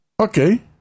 Okay